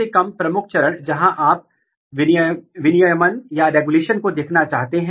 आप combinatorial mutant बना सकते हैं आप दोनों म्यूटेंट को जोड़ सकते हैं और फेनोटाइप को देख सकते हैं